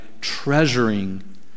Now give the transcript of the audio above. treasuring